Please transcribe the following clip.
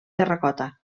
terracota